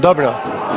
Dobro.